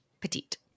petite